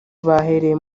bahereye